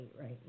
right